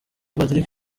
patrick